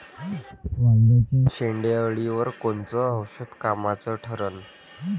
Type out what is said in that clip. वांग्याच्या शेंडेअळीवर कोनचं औषध कामाचं ठरन?